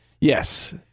Yes